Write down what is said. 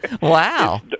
wow